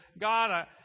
God